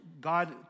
God